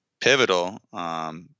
pivotal